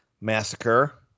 massacre